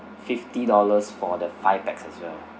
fifty dollars for the five pax as well